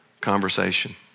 conversation